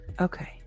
okay